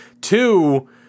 Two